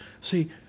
see